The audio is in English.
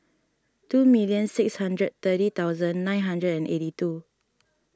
two million six hundred thirty thousand nine hundred and eighty two